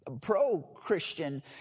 pro-Christian